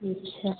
अच्छा